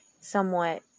somewhat